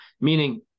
meaning